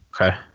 Okay